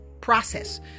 process